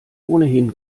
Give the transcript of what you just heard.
ohnehin